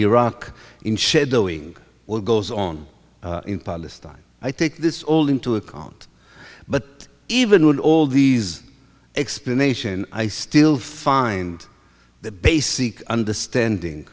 iraq in shadowing what goes on in palestine i take this all into account but even with all these explanation i still find the basic understanding